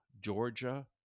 Georgia